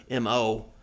MO